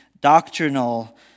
doctrinal